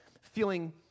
feeling